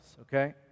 okay